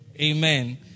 amen